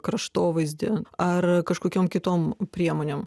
kraštovaizdį ar kažkokiom kitom priemonėm